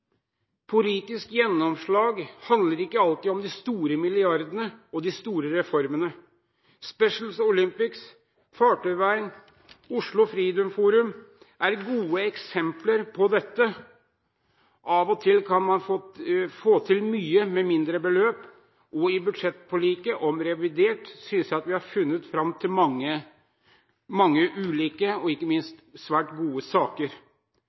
Politisk gjennomslag handler ikke alltid om de store milliardene og de store reformene. Special Olympics, fartøyvern og Oslo Freedom Forum er gode eksempler på dette. Av og til kan man få til mye med mindre beløp, og i forliket om revidert budsjett synes jeg at vi har funnet fram til mange ulike og ikke minst svært gode saker.